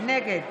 נגד